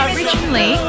Originally